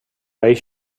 way